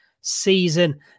season